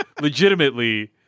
legitimately